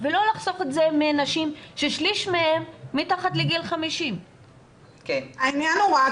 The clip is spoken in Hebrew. ולא לחסוך את זה מנשים ששליש מהן מתחת לגיל 50. העניין הוא רק